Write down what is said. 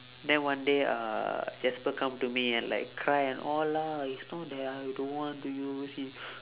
then one day uh jasper come to me and like cry and all lah is not that I don't want to use is